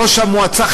ראש המועצה,